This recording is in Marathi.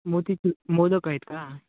मोतीचूर मोदक आहेत का